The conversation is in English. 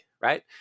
right